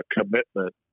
commitment